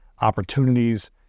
opportunities